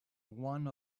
one